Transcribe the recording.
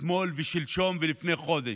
אתמול ושלשום ולפני חודש,